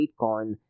Bitcoin